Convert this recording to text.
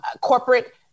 corporate